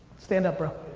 stand up, bro.